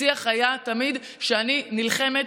השיח היה תמיד שאני נלחמת.